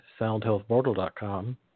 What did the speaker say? soundhealthportal.com